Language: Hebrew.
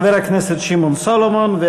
חבר הכנסת שמעון סולומון,